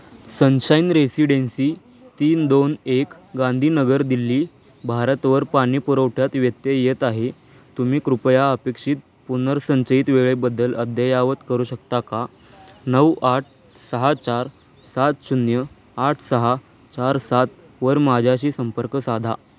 sunshine Residency तीन दोन एक गांधीनगर दिल्ली भारतवर पाणी पुरवठ्यात व्यत्यय येत आहे तुम्ही कृपया अपेक्षित पुनर्संचयित वेळेबद्दल अद्ययावत करू शकता का नऊ आठ सहा चार सात शून्य आठ सहा चार सातवर माझ्याशी संपर्क साधा